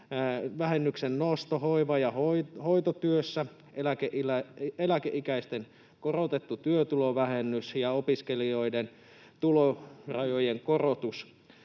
kotitalousvähennyksen nosto hoiva- ja hoitotyössä, eläkeikäisten korotettu työtulovähennys ja opiskelijoiden tulorajojen korotus.